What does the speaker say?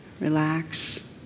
relax